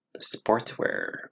sportswear